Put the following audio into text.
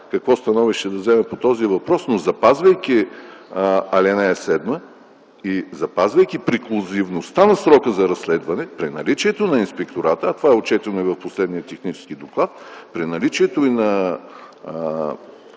какво становище да взема по този въпрос, но запазвайки ал. 7 и преклузивността на срока за разследване, при наличието на Инспектората, а това е отчетено и в последния технически доклад, при наличието на